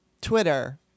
Twitter